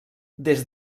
des